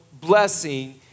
blessing